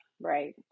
Right